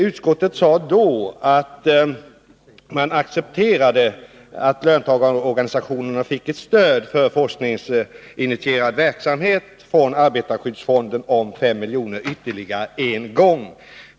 Utskottet sade då att utskottet accepterade att löntagarorganisationerna fick ett stöd för forskningsinitierande verksamhet från arbetarskyddsfonden om 5 milj.kr. ytterligare en gång.